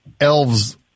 elves